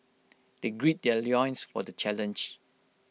they grey their loins for the challenge